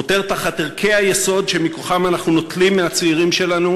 חותר תחת ערכי היסוד שמכוחם אנחנו נוטלים מהצעירים שלנו